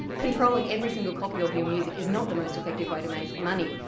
controlling every single copy of your music is not the most effective way to make money.